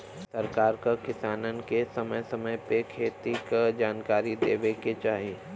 सरकार क किसानन के समय समय पे खेती क जनकारी देवे के चाही